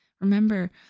Remember